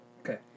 Okay